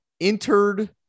entered